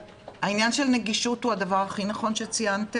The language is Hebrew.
העניין של הנגישות הוא הדבר הכי נכון שציינתם.